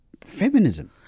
feminism